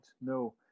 no